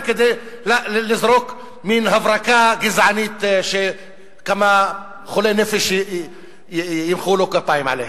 כדי לזרוק מין הברקה גזענית שכמה חולי נפש ימחאו לו כפיים עליה.